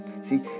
See